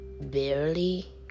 barely